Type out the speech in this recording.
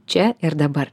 čia ir dabar